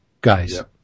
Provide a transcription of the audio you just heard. guys